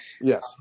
Yes